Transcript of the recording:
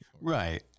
Right